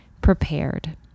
prepared